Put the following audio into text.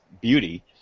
beauty